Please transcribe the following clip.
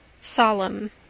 solemn